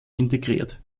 integriert